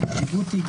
ג'יבוטי,